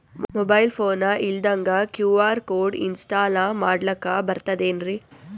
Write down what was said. Mobile phone ಇಲ್ದಂಗ QR code install ಮಾಡ್ಲಕ ಬರ್ತದೇನ್ರಿ?